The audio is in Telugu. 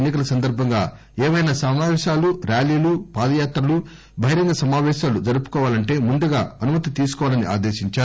ఎన్ని కల సందర్భంగా ఏమైనా సమాపేశాలు ర్యాలీలు పాదయాత్రలు బహిరంగ సమావేశాలు జరుపుకోవాలంటే ముందుగా అనుమతి తీసుకోవాలని ఆదేశించారు